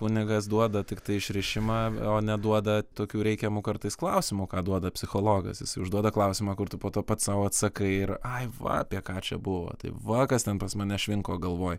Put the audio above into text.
kunigas duoda tiktai išrišimą o neduoda tokių reikiamų kartais klausimų ką duoda psichologas jis užduoda klausimą kur tu po to pats sau atsakai ir ai va apie ką čia buvo tai va kas ten pas mane švinko galvoj